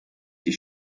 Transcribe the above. die